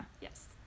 Yes